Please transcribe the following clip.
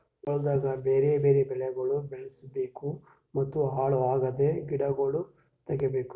ಹೊಲ್ದಾಗ್ ಬ್ಯಾರೆ ಬ್ಯಾರೆ ಬೆಳಿಗೊಳ್ ಬೆಳುಸ್ ಬೇಕೂ ಮತ್ತ ಹಾಳ್ ಅಗಿದ್ ಗಿಡಗೊಳ್ ತೆಗಿಬೇಕು